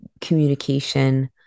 communication